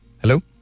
Hello